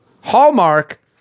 Hallmark